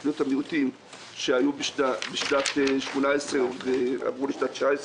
שהיו בשנת 18 ועברו לשנת 19,